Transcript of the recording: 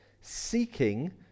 seeking